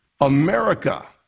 America